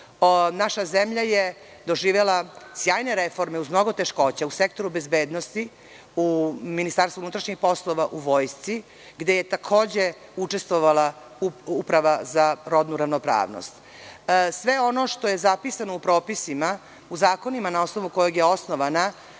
Naša zemlja je doživela sjajne reforme, uz mnogo teškoća, u sektoru bezbednosti, u MUP-u, u vojsci, gde je takođe učestvovala Uprava za rodnu ravnopravnost. Sve ono što je zapisano u propisima u zakonima na osnovu kojeg je osnovana,